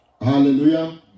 Hallelujah